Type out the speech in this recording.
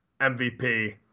MVP